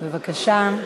בבקשה.